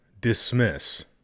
dismiss